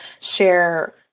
share